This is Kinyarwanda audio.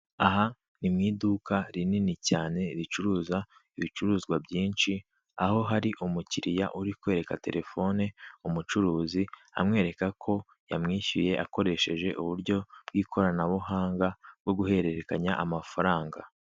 Aha ni mu iduka rinini cyane ricuruza ibicuruzwa byinshi aho hari umukiriya uri kwereka telefone umucuruzi amwereka ko yamwishyuye akoresheje uburyo by'ikoranabuhanga bwo guhererekanya amafaranga.